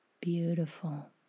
Beautiful